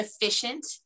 efficient